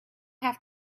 have